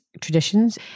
traditions